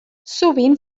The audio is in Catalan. sovint